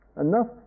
enough